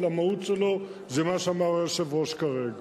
אבל המהות שלו היא מה שאמר היושב-ראש כרגע.